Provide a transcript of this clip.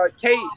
Kate